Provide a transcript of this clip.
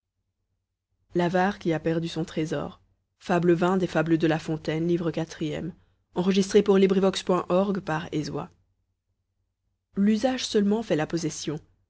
l'avare qui a perdu son trésor l'usage seulement fait la possession